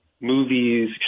movies